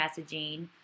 messaging